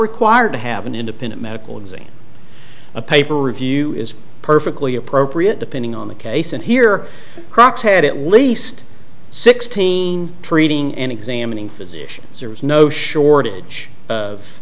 required to have an independent medical exam a paper review is perfectly appropriate depending on the case and here crocks had at least sixteen treating and examining physicians there was no shortage of